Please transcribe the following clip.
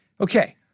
Okay